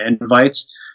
invites